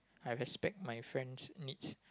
I respect my friends' needs